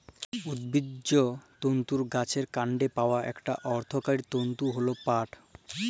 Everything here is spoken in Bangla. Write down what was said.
উদ্ভিজ্জ তলতুর গাহাচের কাল্ডলে পাউয়া ইকট অথ্থকারি তলতু হ্যল পাট